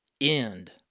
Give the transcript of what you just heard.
end